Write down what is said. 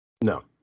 No